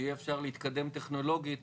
שיהיה אפשר להתקדם טכנולוגית,